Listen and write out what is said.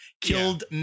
Killed